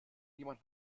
jemand